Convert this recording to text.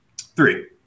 Three